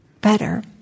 better